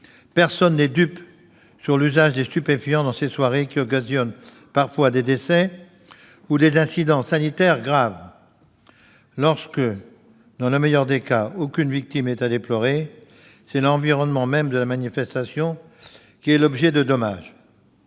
personne n'est dupe quant à l'usage de stupéfiants dans ces soirées, qui occasionne parfois des décès ou des incidents sanitaires graves. Lorsque, dans le meilleur des cas, aucune victime n'est à déplorer, c'est l'environnement même de la manifestation qui subit des dommages.